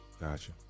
Gotcha